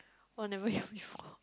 [wah] I never hear before